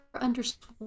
understood